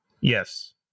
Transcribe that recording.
Yes